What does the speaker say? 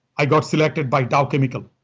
i got selected by dow chemical.